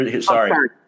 Sorry